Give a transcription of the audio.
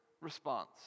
response